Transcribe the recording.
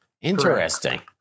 Interesting